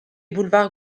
boulevard